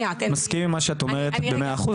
אני מסכים עם מה שאת אומרת ב-100 אחוז,